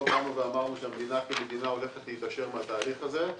אמרנו שהמדינה כמדינה הולכת להתעשר מן התהליך הזה,